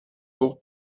pour